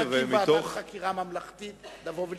לא נקים ועדת חקירה ממלכתית לבוא ולקבוע.